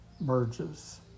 merges